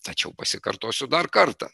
tačiau pasikartosiu dar kartą